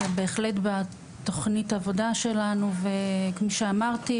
זה בהחלט בתוכנית עבודה שלנו וכפי שאמרתי,